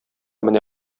менә